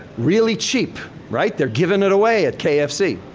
really cheap, right? they're giving it away at kfc.